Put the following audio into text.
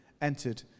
entered